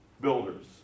builders